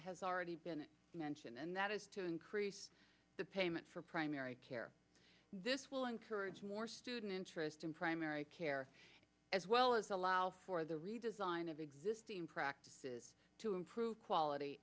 has already been mentioned and that is to increase the payment for primary care this will encourage more student interest in primary care as well as allow for the redesign of existing practices to improve quality